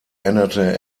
änderte